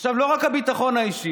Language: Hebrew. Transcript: עכשיו לא רק הביטחון האישי,